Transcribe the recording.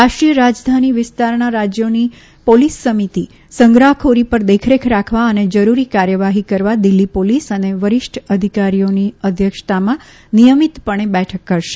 રાષ્ટ્રીય રાજધાની વિસ્તારના રાજ્યોની પોલીસ સમિતિ સંગ્રહખોરી પર દેખરેખ રાખવા અને જરૂરી કાર્યવાહી કરવા દિલ્હી પોલીસ અને વરિષ્ઠ અધિકારીની અધ્યક્ષતામાં નિયમિતપણે બેઠક કરશે